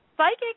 Psychic